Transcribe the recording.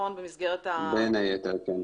בין היתר, כן.